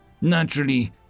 Naturally